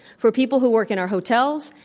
for people who work in our hotels,